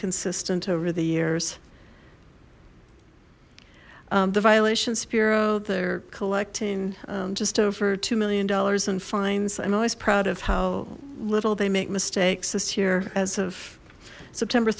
consistent over the years the violations bureau they're collecting just over two million dollars in fines i'm always proud of how little they make mistakes this year as of september